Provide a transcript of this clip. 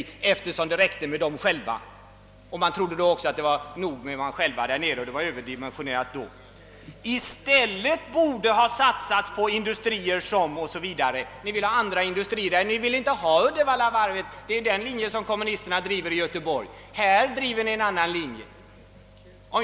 De tyckte att det räckte med deras egna företag. Man borde i stället ha satsat på andra industrier, heter det. Ni ville ha andra industrier, inte Uddevallavarvet. Det är den linjen kommunisterna driver i Göteborg. Här driver ni en annan linje.